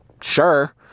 sure